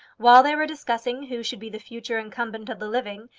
while they were discussing who should be the future incumbent of the living,